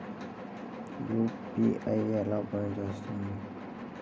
UPI ఎలా పనిచేస్తుంది?